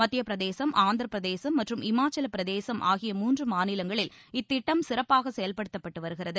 மத்தியப்பிரதேசம் ஆந்திரப்பிரதேசம் மற்றும் இமாச்சல் பிரதேசம் ஆகிய மூன்று மாநிலங்களில் இத்திட்டம் செயல்படுத்தப்பட்டு வருகிறது